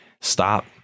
Stop